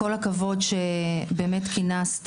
כל הכבוד שבאמת כינסת,